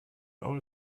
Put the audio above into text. all